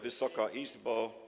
Wysoka Izbo!